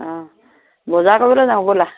অঁ বজাৰ কৰিবলৈ যাওঁ ব'লা